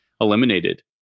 eliminated